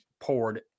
poured